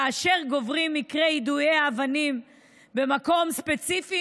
כאשר גוברים מקרי יידוי האבנים במקום ספציפי,